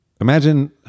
Imagine